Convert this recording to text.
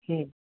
হুম